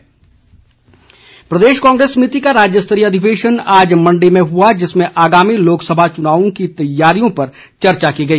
कांग्रेस बैठक प्रदेश कांग्रेस समिति का राज्य स्तरीय अधिवेशन आज मण्डी में हुआ जिसमें आगामी लोकसभा चुनाव की तैयारियों पर चर्चा की गई